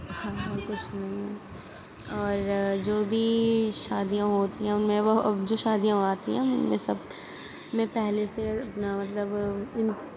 ہاں اور کچھ نہیں اور جو بھی شادیاں ہوتی ہیں ان میں وہ اب جو شادیاں ہوتی ہیں ان میں سب میں پہلے سے اپنا مطلب ان